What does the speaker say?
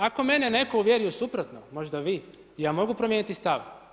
Ako mene neko uvjeri u suprotno, možda vi, ja mogu promijeniti stav.